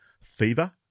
Fever